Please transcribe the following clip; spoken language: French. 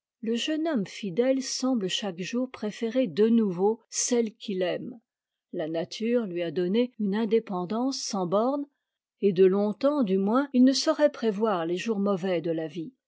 le jeune homme fidèle semble chaque jour préférer de nouveau celle qu'il aime la nature lui a donné une indépendance sans bornes et de longtemps du moins il ne saurait prévoir les jours mauvais de la vie